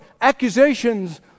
accusations